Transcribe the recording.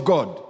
God